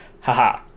haha